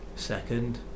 second